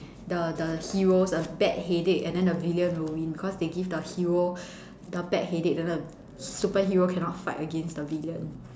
the the heroes a bad headache and then the villain will win because they give the hero the bad headache then the superhero cannot fight against the villain